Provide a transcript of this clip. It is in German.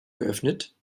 geöffnet